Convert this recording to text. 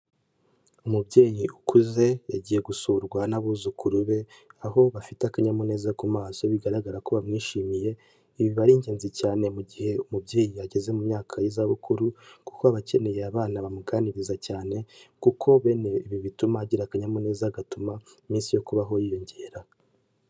Umubyeyi ukuze yagiye gusurwa n'abuzukuru be, aho bafite akanyamuneza ku maso, bigaragara ko bamwishimiye. Biba ari ingenzi cyane mu gihe umubyeyi yageze mu myaka y'izabukuru kuko abakeneye abana bamuganiriza cyane, kuko bene ibi bituma agira akanyamuneza gatuma iminsi yo kubaho yiyongera.